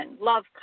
love